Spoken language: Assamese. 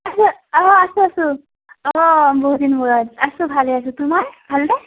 আছো অঁ আছোঁ আছোঁ অঁ বহুদিন মূৰত আছোঁ ভালে আছোঁ তোমাৰ ভালনে